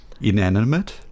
Inanimate